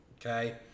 Okay